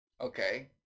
okay